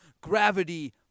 gravity